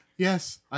Yes